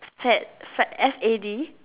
fad fad F A D